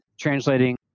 translating